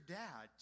dad